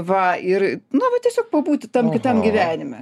va ir no vat tiesiog pabūti tam kitam gyvenime